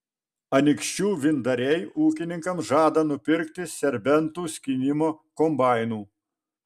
anykščių vyndariai ūkininkams žada nupirkti serbentų skynimo kombainų